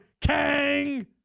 Kang